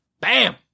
Bam